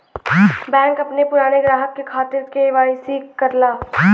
bank अपने पुराने ग्राहक के खातिर के.वाई.सी करला